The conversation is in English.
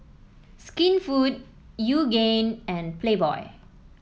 Skinfood Yoogane and Playboy